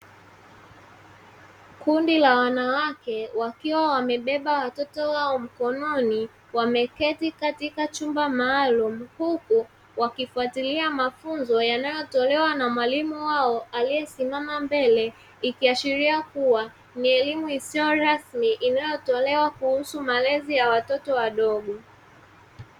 Kundi la wanawake wakiwa wamebeba watoto wao mkononi wameketi katika chumba maalumu, huku wakifuatilia mafunzo yanayotolewa na mwalimu wao aliyesimama mbele ikiashiria kuwa ni elimu isiyo kuwa rasmi inayo tolewa kuhusu malezi ya watoto wadogo.